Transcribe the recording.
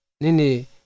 Nini